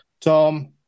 Tom